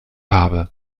habe